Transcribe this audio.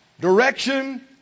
Direction